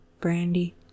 Brandy